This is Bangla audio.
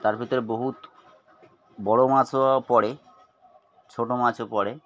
তার ভিতরে বহু বড় মাছও পড়ে ছোট মাছও পড়ে